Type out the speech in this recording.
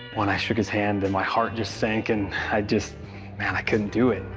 when i shook his hand, and my heart just sank, and i just man, i couldn't do it.